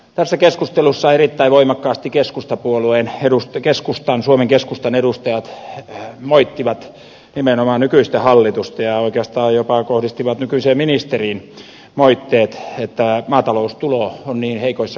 tässä keskustelussa erittäin voimakkaasti suomen keskustan edustajat moittivat nimenomaan nykyistä hallitusta ja oikeastaan jopa kohdistivat nykyiseen ministeriin moitteet että maataloustulo on niin heikoissa kantimissa